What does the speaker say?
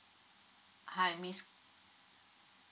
hi miss